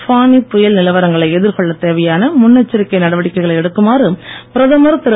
ஃபானி புயல் நிலவரங்களை எதிர்கொள்ள தேவையான முன்னெச்சரிக்கை நடவடிக்கைகளை எடுக்குமாறு பிரதமர் திரு